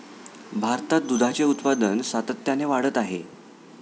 भारतात दुधाचे उत्पादन सातत्याने वाढत आहे